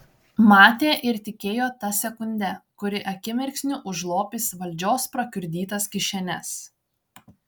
matė ir tikėjo ta sekunde kuri akimirksniu užlopys valdžios prakiurdytas kišenes